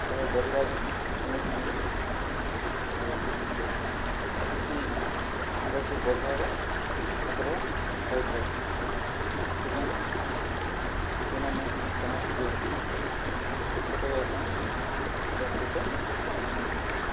ଉତ୍ସାହ ବଢ଼ିବା ସଙ୍ଗେ ସଙ୍ଗେ କିଛି ଆଗକୁ ବଢ଼ିବାର ଆଗ୍ରହ ହୋଇଥାଏ ସେଥିପାଇଁ ସେମାନେ ସମସ୍ତେ ଚାଷ କରିବା ପାଇଁ ପ୍ରସ୍ତୁତ ଅଛନ୍ତି